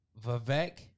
Vivek